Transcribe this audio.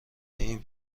این